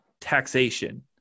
taxation